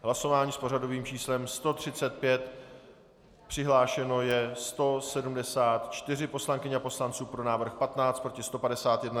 Hlasování s pořadovým číslem 135, přihlášeno je 174 poslankyň a poslanců, pro návrh 15, proti 151.